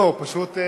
לא, פשוט,